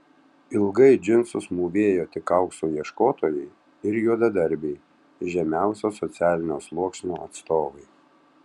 ilgai džinsus mūvėjo tik aukso ieškotojai ir juodadarbiai žemiausio socialinio sluoksnio atstovai